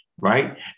right